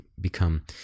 become